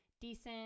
decent